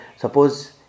Suppose